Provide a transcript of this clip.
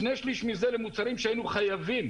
שני שלישים מזה למוצרים שהיינו חייבים